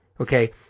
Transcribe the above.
okay